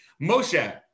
Moshe